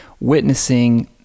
witnessing